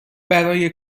برای